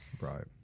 right